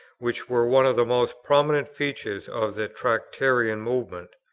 which were one of the most prominent features of the tractarian movement.